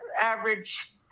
average